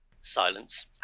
Silence